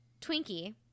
twinkie